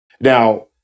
Now